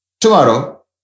Tomorrow